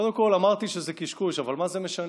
קודם כול, אמרתי שזה קשקוש, אבל מה זה משנה?